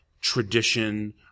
tradition